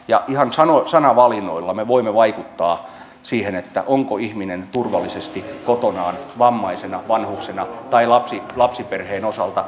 ihan sanavalinnoilla me voimme vaikuttaa siihen onko ihminen turvallisesti kotonaan vammaisena vanhuksena tai lapsiperheen osalta